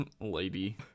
lady